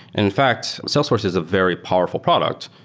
in fact, salesforce is a very powerful product,